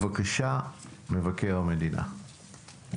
מבקר המדינה, בבקשה.